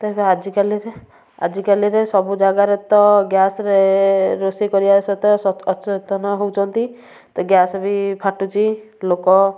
ତେବେ ଆଜିକାଲିରେ ଆଜିକାଲିରେ ସବୁ ଜାଗାରେ ତ ଗ୍ୟାସ୍ରେ ରୋଷେଇ କରିବା ସହିତ ଅଚେତନ ହଉଚନ୍ତି ତ ଗ୍ୟାସ୍ ବି ଫାଟୁଛି ଲୋକ